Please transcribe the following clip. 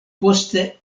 poste